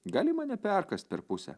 gali mane perkąst per pusę